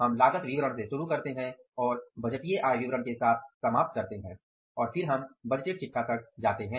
हम लागत विवरण से शुरू करते हैं और बजटीय आय विवरण के साथ समाप्त करते हैं होते हैं और फिर हम बजटेड चिटठा तक जाते हैं